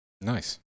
nice